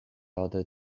other